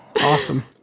awesome